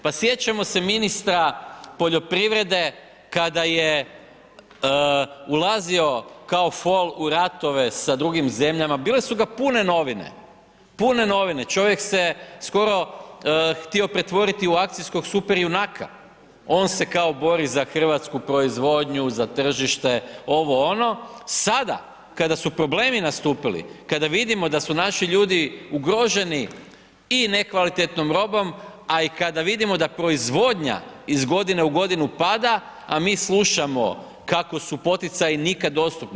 Pa sjećamo se ministra poljoprivrede kada je ulazio kao fol u ratove sa drugim zemljama, bile su ga pune novine, pune novine, čovjek se skoro htio pretvoriti u akcijskog super junaka, on se kao bori za hrvatsku proizvodnju, za tržište, ovo, ono, sada kada su problemi nastupili, kada vidimo da su naši ljudi ugroženi i nekvalitetnom robom, a i kada vidimo da proizvodnja iz godine u godinu pada, a mi slušamo kako su poticaji nikad dostupni.